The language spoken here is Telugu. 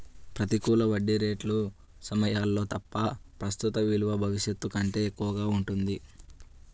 ప్రతికూల వడ్డీ రేట్ల సమయాల్లో తప్ప, ప్రస్తుత విలువ భవిష్యత్తు కంటే ఎక్కువగా ఉంటుంది